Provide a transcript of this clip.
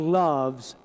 loves